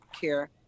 care